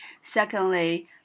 Secondly